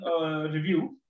review